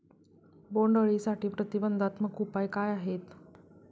बोंडअळीसाठी प्रतिबंधात्मक उपाय काय आहेत?